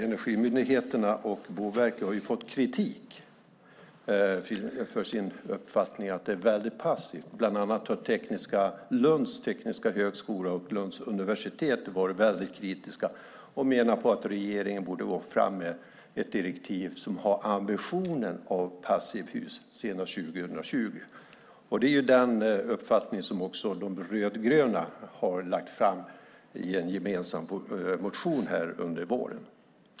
Energimyndigheten och Boverket har fått kritik för sin uppfattning, alltså att detta är passivt. Bland andra Lunds tekniska högskola och Lunds universitet har varit mycket kritiska. De menar att regeringen borde gå fram med ett direktiv som har en ambition om passivhus senast 2020. Det är den uppfattning som också de rödgröna lade fram i en gemensam motion under våren.